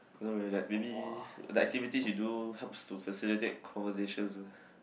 I don't know like maybe like activities you do helps to facilitate conversations ah